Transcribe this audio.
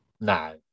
No